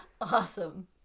Awesome